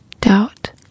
doubt